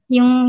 Yung